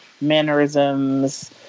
mannerisms